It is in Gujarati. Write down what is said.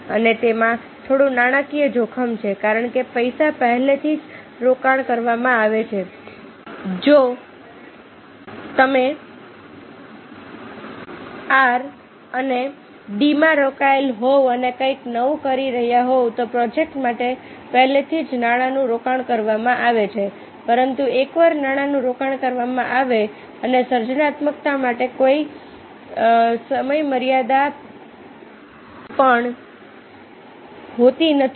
અને તેમાં થોડું નાણાકીય જોખમ છે કારણ કે પૈસા પહેલેથી જ રોકાણ કરવામાં આવે છે જો તમે આર અને ડીમાં રોકાયેલા હોવ અને કંઈક નવું કરી રહ્યા હોવ તો પ્રોજેક્ટ માટે પહેલાથી જ નાણાંનું રોકાણ કરવામાં આવે છે પરંતુ એકવાર નાણાંનું રોકાણ કરવામાં આવે અને સર્જનાત્મકતા માટે કોઈ સમયમર્યાદા પણ હોતી નથી